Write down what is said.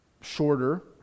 shorter